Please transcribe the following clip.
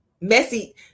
Messy